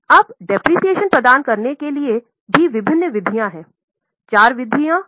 अब मूल्यह्रास प्रदान करने के लिए विभिन्न विधियाँ हैं चार विधियाँ विशेष रूप से लोकप्रिय हैं